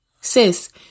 Sis